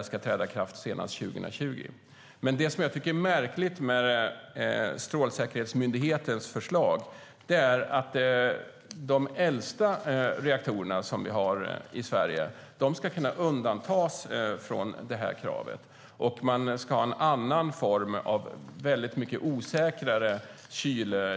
De ska finnas på plats senast 2020.Det märkliga med Strålsäkerhetsmyndighetens förslag är att de äldsta reaktorerna i Sverige ska kunna undantas från kravet. I stället ska man ha en annan form av mycket osäkrare